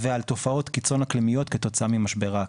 ועל תופעות קיצון אקלימיות כתוצאה ממשבר האקלים.